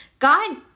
God